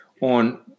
on